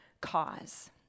cause